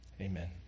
Amen